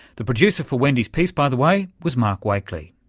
the producer for wendy's piece, by the way, was mark wakely.